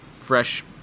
fresh